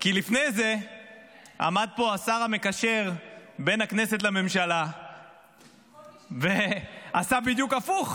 כי לפני זה עמד פה השר המקשר בין הכנסת לממשלה ועשה בדיוק הפוך.